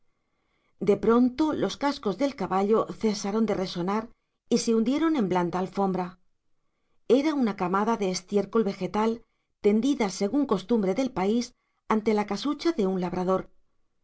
de pronto los cascos del caballo cesaron de resonar y se hundieron en blanda alfombra era una camada de estiércol vegetal tendida según costumbre del país ante la casucha de un labrador